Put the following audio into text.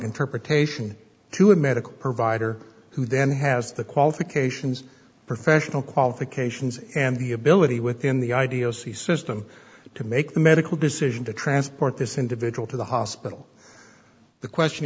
interpretation to a medical provider who then has the qualifications professional qualifications and the ability within the idea of the system to make the medical decision to transport this individual to the hospital the question